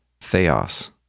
theos